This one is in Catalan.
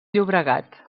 llobregat